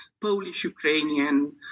Polish-Ukrainian